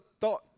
thought